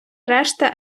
решта